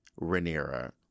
Rhaenyra